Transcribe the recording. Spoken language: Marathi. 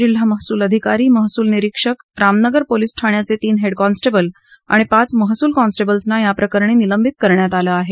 जिल्हा महसूल अधिकारी महसूल निरिक्षक रामनगर पोलीस ठाण्याचे तीन हेड कॉन्स्टेबल आणि पाच महसूल कॉन्स्टेबल्सना याप्रकरणी निलंबित करण्यात आलं आहे